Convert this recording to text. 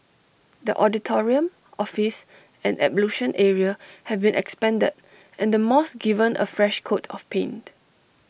the auditorium office and ablution area have been expanded and the mosque given A fresh coat of paint